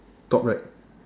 top right